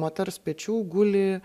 moters pečių guli